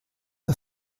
der